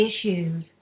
issues